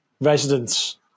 residents